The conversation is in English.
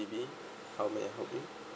B how may I help you